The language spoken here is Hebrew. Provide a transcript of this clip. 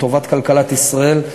בטובת כלכלת ישראל.